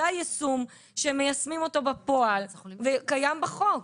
זה היישום שמיישמים אותו בפועל הוא קיים בחוק.